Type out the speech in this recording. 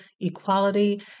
equality